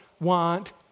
want